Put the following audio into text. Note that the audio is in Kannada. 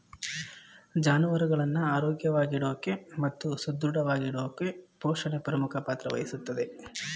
ಜಾನುವಾರುಗಳನ್ನ ಆರೋಗ್ಯವಾಗಿಡೋಕೆ ಮತ್ತು ಸದೃಢವಾಗಿಡೋಕೆಪೋಷಣೆ ಪ್ರಮುಖ ಪಾತ್ರ ವಹಿಸ್ತದೆ